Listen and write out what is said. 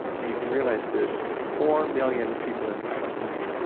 and you can realize, there's four million people in palestine.